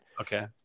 Okay